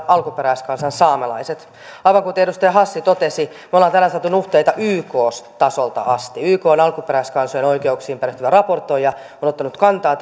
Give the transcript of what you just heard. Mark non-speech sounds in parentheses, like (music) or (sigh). alkuperäiskansan saamelaiset aivan kuten edustaja hassi totesi me olemme tänään saaneet nuhteita ykn tasolta asti ykn alkuperäiskansojen oikeuksiin perehtyvä raportoija on ottanut kantaa (unintelligible)